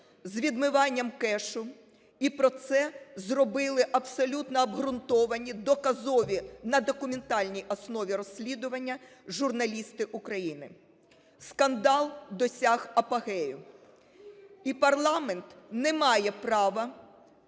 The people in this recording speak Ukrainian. з відмиванням кешу. І про це зробили абсолютно обґрунтовані доказові, на документальній основі розслідування журналісти України. Скандал досяг апогею. І парламент не має права